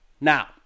Now